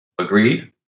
agreed